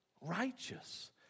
Righteous